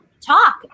talk